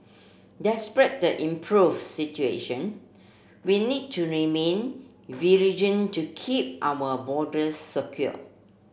despite the improve situation we need to remain to keep our borders secure